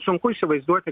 sunku įsivaizduoti